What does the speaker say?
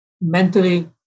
mentally